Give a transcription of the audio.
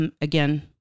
Again